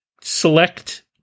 select